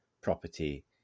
property